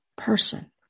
person